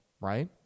right